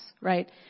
Right